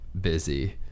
busy